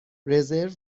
رزرو